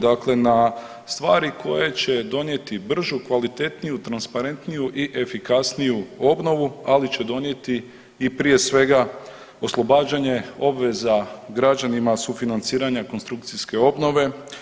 Dakle na stvari koje će donijeti bržu, kvalitetniju, transparentniju i efikasniju obnovu, ali će donijeti i prije svega, oslobađanje obveza građanima sufinanciranja konstrukcijske obnove.